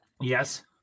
Yes